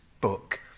book